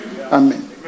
Amen